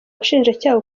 ubushinjacyaha